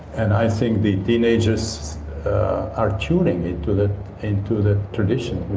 and i think the teenagers are tuning into the into the tradition,